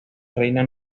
reina